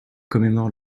commémore